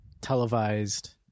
televised